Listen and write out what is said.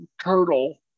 turtle